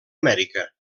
amèrica